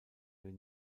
den